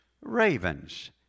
Ravens